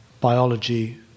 biology